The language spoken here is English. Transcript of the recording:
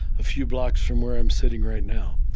a few blocks from where i'm sitting right now,